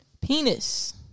Penis